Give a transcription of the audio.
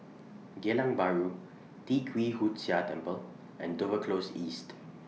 Geylang Bahru Tee Kwee Hood Sia Temple and Dover Close East